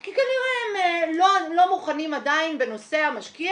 כי כנראה הם לא מוכנים עדיין בנושא המשקיע